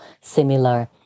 similar